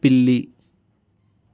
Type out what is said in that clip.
పిల్లి